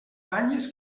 banyes